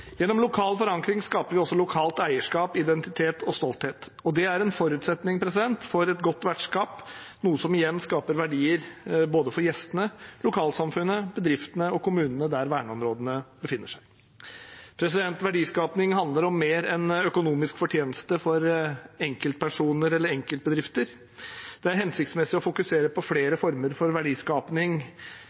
Gjennom lokal forankring skaper vi også lokalt eierskap, identitet og stolthet. Det er en forutsetning for et godt vertskap, noe som igjen skaper verdier for både gjestene, lokalsamfunnet, bedriftene og kommunene der verneområdene befinner seg. Verdiskaping handler om mer enn økonomisk fortjeneste for enkeltpersoner eller enkeltbedrifter. Det er hensiktsmessig å fokusere på flere former for